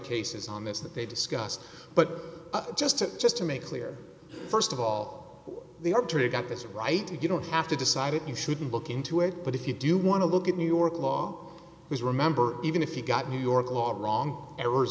cases on this that they discussed but just to just to make clear st of all the arbitrator got this right you don't have to decide it you shouldn't look into it but if you do want to look at new york law is remember even if you got new york law wrong errors